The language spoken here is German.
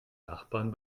nachbarn